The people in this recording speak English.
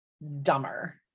dumber